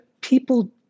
people